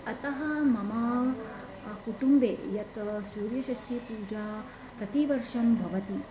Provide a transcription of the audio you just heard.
अतः मम कुटुम्बे या सूर्यषष्टिपूजा प्रतिवर्षं भवति